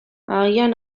agian